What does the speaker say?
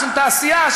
של תעשייה,